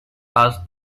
ask